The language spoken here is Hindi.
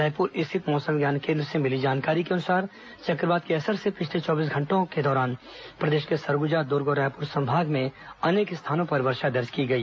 रायपुर स्थित मौसम विज्ञान केन्द्र से मिली जानकारी के अनुसार चक्रवात के असर से पिछले चौबीस घंटों के दौरान प्रदेश के सरगुजा दुर्ग और रायपुर संभाग में अनेक स्थानों पर वर्षा दर्ज की गई